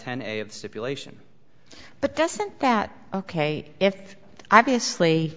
ten a stipulation but doesn't that ok if i be asli